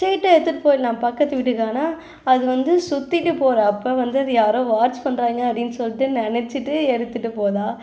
ஸ்ரைட்டாக எடுத்துகிட்டு போயிடலாம் பக்கத்து வீட்டுக்கு ஆனால் அது வந்து சுற்றிட்டு போகிற அப்போ வந்து அதை யாரோ வாட்ச் பண்ணுறாங்க அப்படின்னு சொல்லிட்டு நினச்சிட்டு எடுத்துகிட்டு போகுதா